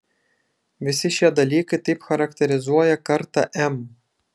visi šie dalykai taip charakterizuoja kartą m